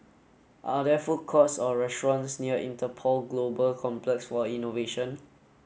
are there food courts or restaurants near Interpol Global Complex for Innovation